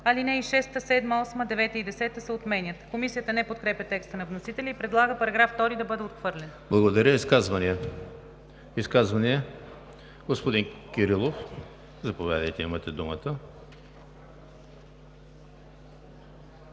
Алинеи 6, 7, 8 , 9 и 10 се отменят.“ Комисията не подкрепя текста на вносителя и предлага § 2 да бъде отхвърлен. ПРЕДСЕДАТЕЛ ЕМИЛ ХРИСТОВ: Изказвания? Господин Кирилов, заповядайте, имате думата.